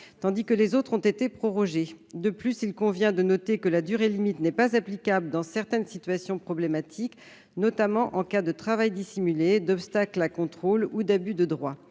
tandis que les autres ont été prorogés. De plus, il convient de noter que la limite de durée n'est pas applicable dans certaines situations problématiques, notamment en cas de travail dissimulé, d'obstacles à contrôle ou d'abus de droit.